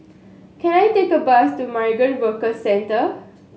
can I take a bus to Migrant Worker Centre